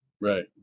right